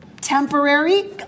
temporary